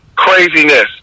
Craziness